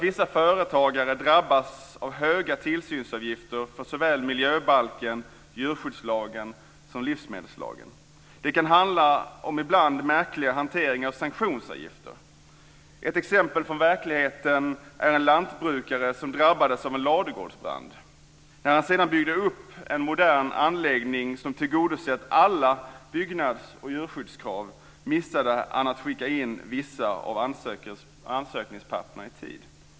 Vissa företagare drabbas av höga tillsynsavgifter genom såväl miljöbalken och djurskyddslagen som livsmedelslagen. Det kan ibland handla om märkliga hanteringar av sanktionsavgifter. Ett exempel från verkligheten är en lantbrukare som drabbades av en ladugårdsbrand. När han sedan byggde upp en modern anläggning som tillgodosåg alla byggnads och djurskyddskrav missade han att skicka in vissa av ansökningspapperen i tid.